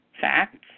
facts